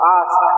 ask